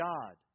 God